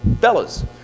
fellas